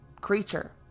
creature